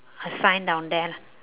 a sign down there lah